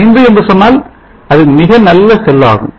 85 என்று இருந்தால் அது மிக நல்ல செல் ஆகும்